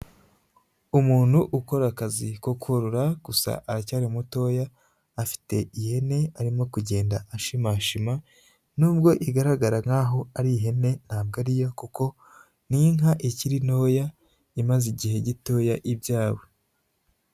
Umuntu ukora akazi ko korora. Gusa, aracyari mutoya, afite ihene arimo kugenda ashimashima, nubwo igaragara nkaho ari ihene ntabwo ariyo kuko, n'inka ikiri ntoya imaze igihe gitoya ibyawe.